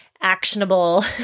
actionable